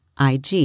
IG